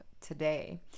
today